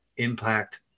impact